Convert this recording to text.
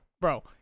bro